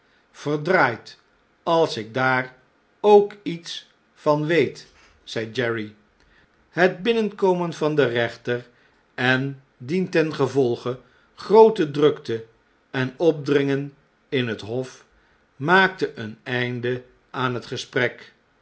verdraaid als ik daar ook iets van weii zei jerry het binnenkomen van den rechter en dientengevolge groote drukte en opdringen in het hof maakte een einde aan het gesprek